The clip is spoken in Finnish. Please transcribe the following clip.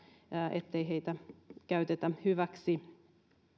ettei heitä käytetä hyväksi